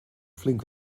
flink